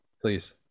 Please